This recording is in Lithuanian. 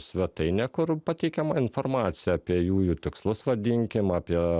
svetainė kur pateikiama informacija apie jųjų tikslus vadinkim apie